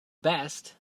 best